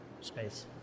space